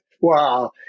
Wow